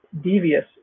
devious